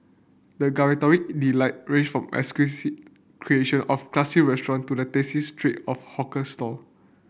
the gustatory delight range from exquisite creation of classy restaurant to the tasty treat of hawker stall